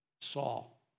Saul